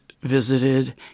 visited